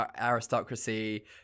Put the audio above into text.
aristocracy